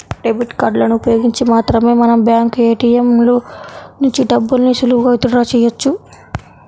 debit కార్డులను ఉపయోగించి మాత్రమే మనం బ్యాంకు ఏ.టీ.యం ల నుంచి డబ్బుల్ని సులువుగా విత్ డ్రా చెయ్యొచ్చు